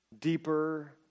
deeper